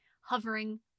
hovering